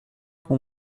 qu’on